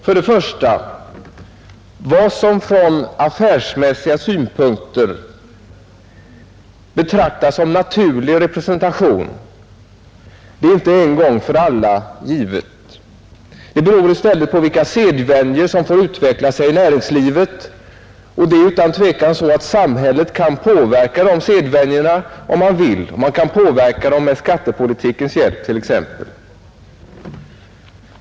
För det första: vad som från affärsmässiga synpunkter betraktas som naturlig representation är inte en gång för alla givet. Det beror i stället på vilka sedvänjor som får utveckla sig i näringslivet. Utan tvivel kan samhället påverka dessa sedvänjor. Man kan t.ex. påverka dem med skattepolitikens hjälp.